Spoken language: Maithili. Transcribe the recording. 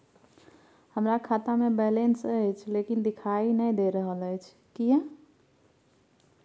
हमरा खाता में बैलेंस अएछ लेकिन देखाई नय दे रहल अएछ, किये?